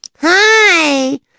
Hi